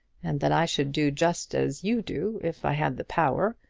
and that i should do just as you do if i had the power.